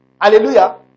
Hallelujah